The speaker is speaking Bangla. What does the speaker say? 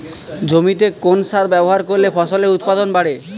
জমিতে কোন সার ব্যবহার করলে ফসলের উৎপাদন বাড়ে?